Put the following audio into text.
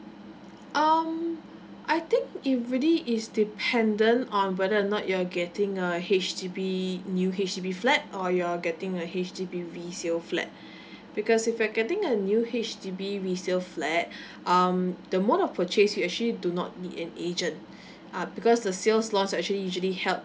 um I think it really is dependent on whether or not you're getting a H_D_B new H_D_B flat or you're getting a H_D_B resale flat because if you're getting a new H_D_B resale flat um the mode of purchase you actually do not need an agent uh because the sales laws will actually usually help